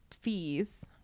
fees